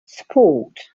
sport